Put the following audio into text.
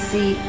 See